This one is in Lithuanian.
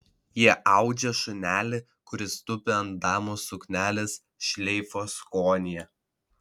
jie audžia šunelį kuris tupi ant damos suknelės šleifo skonyje